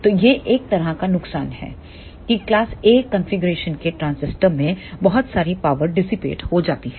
तो यह एक तरह का नुकसान है की क्लास A कॉन्फ़िगरेशन के ट्रांजिस्टर में बहुत सारी पावर डिसिपेट हो जाती है